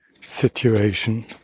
situation